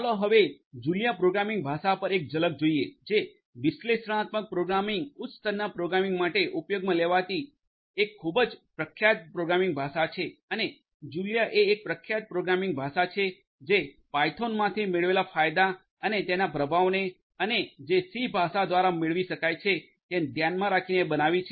ચાલો હવે Julia programming ભાષા પર એક ઝલક જોઈએ જે વિશ્લેષણાત્મક પ્રોગ્રામિંગ ઉચ્ચ સ્તરના પ્રોગ્રામિંગ માટે ઉપયોગમાં લેવાતી એક ખૂબ પ્રખ્યાત પ્રોગ્રામિંગ ભાષા છે અને જુલિયા એ એક પ્રખ્યાત પ્રોગ્રામિંગ ભાષા છે જે પાયથોનમાંથી મેળવેલા ફાયદા અને તેના પ્રભાવને અને જે સી ભાષા દ્વારા મેળવી શકાય છે તે ધ્યાનમાં રાખીને બનાવી છે